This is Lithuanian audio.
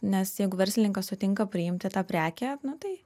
nes jeigu verslininkas sutinka priimti tą prekę nu tai